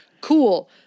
Cool